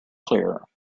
clear